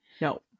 No